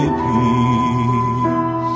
peace